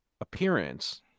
appearance